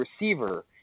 receiver